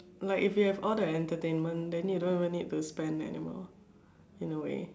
like if you have all the entertainment then you don't even need to spend anymore in a way